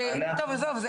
טוב עזוב.